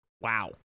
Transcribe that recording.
Wow